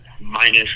minus